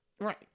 Right